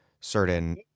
certain